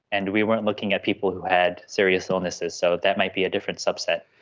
and we weren't looking at people who had serious illnesses, so that might be a different subset.